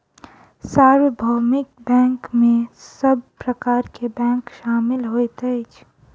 सार्वभौमिक बैंक में सब प्रकार के बैंक शामिल होइत अछि